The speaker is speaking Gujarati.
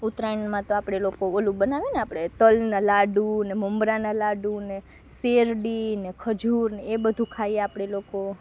ઉત્તરાયણમાં તો આપણે લોકો ઓલું બનાવેને આપણે તલના લાડુને મમરાના લાડુને શેરડીને ખજૂરને એ બધું ખાઈએ આપણે લોકો